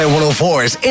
104's